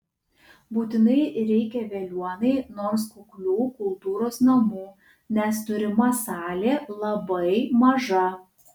būtinai reikia veliuonai nors kuklių kultūros namų nes turima salė labai maža